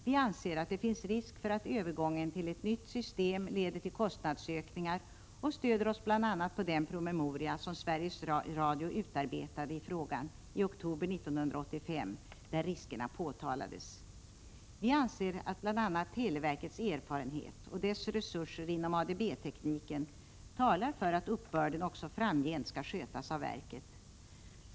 Vi anser att det finns risk för att övergången till ett nytt system leder till kostnadsökningar och stöder oss bl.a. på den promemoria som Sveriges Radio utarbetade i frågan i oktober 1985, där riskerna påtalades. Vi anser att bl.a. televerkets erfarenhet och dess resurser inom ADB-tekniken talar för att uppbörden också framgent skall skötas av verket.